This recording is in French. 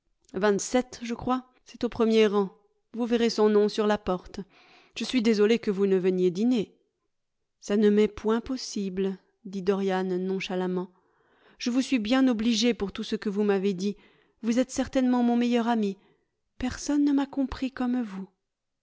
vingt-sept je crois c'est au premier rang vous verrez son nom sur la porte je suis désolé que vous ne veniez dîner ça ne m'est point possible dit dorian nonchalamment je vous suis bien obligé pour tout ce que vous m'avez dit vous êtes certainement mon meilleur ami personne ne m'a compris comme vous